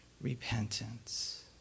repentance